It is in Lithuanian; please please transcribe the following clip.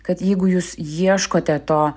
kad jeigu jūs ieškote to